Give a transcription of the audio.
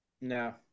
No